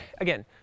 again